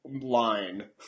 line